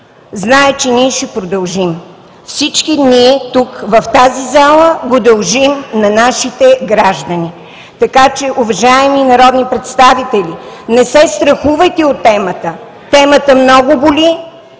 знае, че ще продължим. Всички ние тук, в тази зала, го дължим на нашите граждани. Уважаеми народни представители, не се страхувайте от темата. Темата много боли.